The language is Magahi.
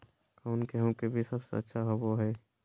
कौन गेंहू के बीज सबेसे अच्छा होबो हाय?